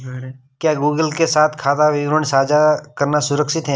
क्या गूगल के साथ खाता विवरण साझा करना सुरक्षित है?